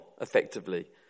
effectively